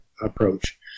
approach